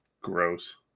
Gross